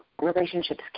relationships